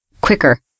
quicker